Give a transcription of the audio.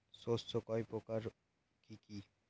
শস্য কয় প্রকার কি কি?